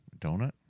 Donut